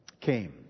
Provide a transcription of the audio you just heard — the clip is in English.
came